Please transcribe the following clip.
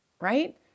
right